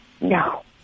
No